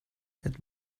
het